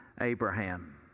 Abraham